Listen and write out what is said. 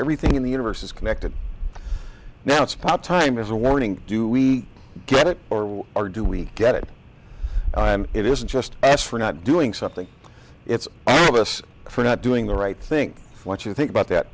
everything in the universe is connected now it's pop time as a warning do we get it or will or do we get it it isn't just asked for not doing something it's all of us for not doing the right thing what you think about that